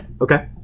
Okay